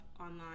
online